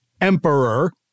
emperor